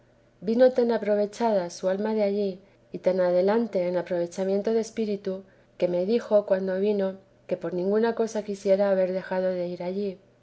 vino tan aprovechada su alma de allí y tan adelante en aprovechamiento de espíritu que me dijo cuando vino que por ninguna cosa quisiera haber dejado de ir allí